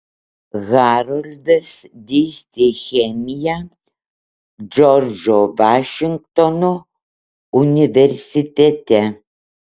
haroldas dėstė chemiją džordžo vašingtono universitete